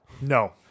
No